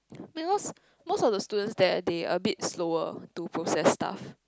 because most of the students there they are a bit slower to process stuff